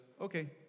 okay